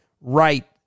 right